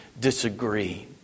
disagree